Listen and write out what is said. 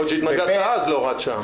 יכול להיות שהתנגדת אז להוראת שעה.